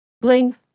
Bling